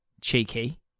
Cheeky